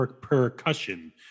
percussion